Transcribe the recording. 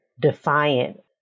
defiant